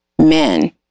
men